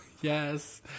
Yes